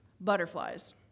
butterflies